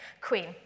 queen